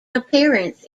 appearance